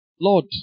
Lord